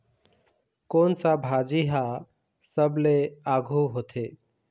कोन सा भाजी हा सबले आघु होथे?